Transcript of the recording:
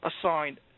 assigned